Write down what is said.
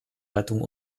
rettung